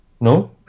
No